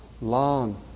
long